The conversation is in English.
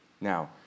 Now